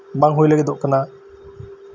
ᱵᱟᱝ ᱦᱳᱭ ᱞᱟᱹᱜᱤᱫᱚᱜ ᱠᱟᱱᱟ